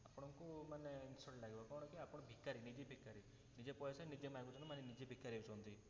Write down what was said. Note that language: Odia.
ଆପଣଙ୍କୁ ମାନେ ଇନସଲ୍ଟ ଲାଗିବ କ'ଣ କି ଆପଣ ଭିକାରୀ ନିଜେ ଭିକାରୀ ନିଜ ପଇସା ନିଜେ ମାଗୁଛନ୍ତି ମାନେ ନିଜେ ଭିକାରୀ ହେଉଛନ୍ତି